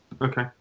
Okay